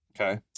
Okay